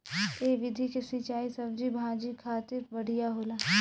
ए विधि के सिंचाई सब्जी भाजी खातिर बढ़िया होला